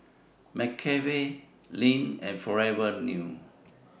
McCafe Lindt and Forever New